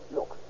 Look